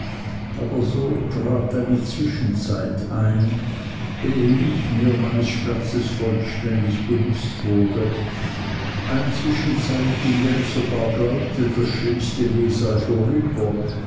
aber so trat eine zwischenzeit ein ehe ich mir meines schmerzes vollständig bewußt wurde eine zwischenzeit in der ich sogar glaubte das schlimmste weh sei vorüber